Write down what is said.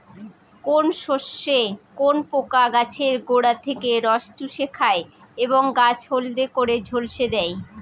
কোন শস্যে কোন পোকা গাছের গোড়া থেকে রস চুষে খায় এবং গাছ হলদে করে ঝলসে দেয়?